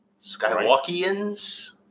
Skywalkians